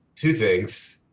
two things.